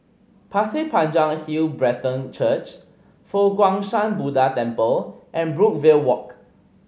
Pasir Panjang Hill Brethren Church Fo Guang Shan Buddha Temple and Brookvale Walk